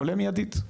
עולה מיידית,